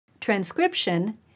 Transcription